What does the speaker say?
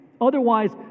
Otherwise